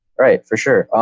right for sure. um,